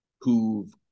who've